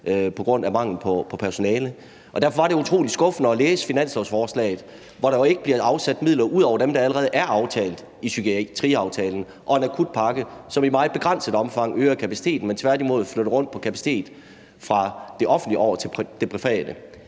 på grund af mangel på personale. Derfor var det utrolig skuffende at læse finanslovsforslaget, hvor der ikke var afsat midler ud over dem, der allerede er aftalt i psykiatriaftalen, og en akutpakke, som i meget begrænset omfang øger kapaciteten, men tværtimod flytter rundt på kapacitet fra det offentlige over til det private.